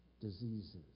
diseases